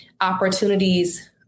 opportunities